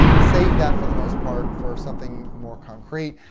save that, for the most part, for something more concrete.